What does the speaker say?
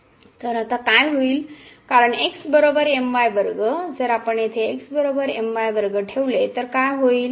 तर आता काय होईल कारण जर आपण येथे ठेवले तर काय होईल